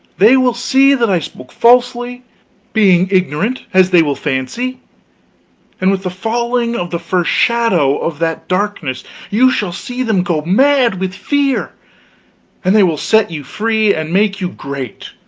they will see that i spoke falsely being ignorant, as they will fancy and with the falling of the first shadow of that darkness you shall see them go mad with fear and they will set you free and make you great!